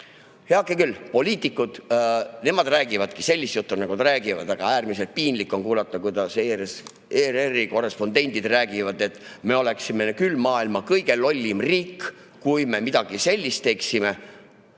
Heakene küll, poliitikud, nemad räägivadki sellist juttu, nagu nad räägivad, aga äärmiselt piinlik on kuulata, kuidas ERR‑i korrespondendid räägivad, et me oleksime küll maailma kõige lollim riik, kui me midagi sellist teeksime.